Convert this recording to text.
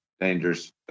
dangerous